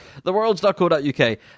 Theworlds.co.uk